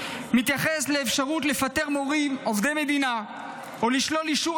מתייחס לאפשרות לפטר מורים עובדי מדינה או לשלול אישור